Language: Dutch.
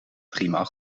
driemaal